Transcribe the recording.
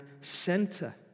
center